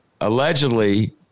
allegedly